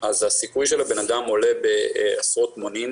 אז הסיכוי של הבן-אדם עולה בעשרות מונים.